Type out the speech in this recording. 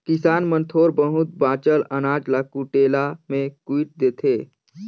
किसान मन थोर बहुत बाचल अनाज ल कुटेला मे कुइट देथे